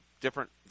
Different